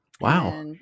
Wow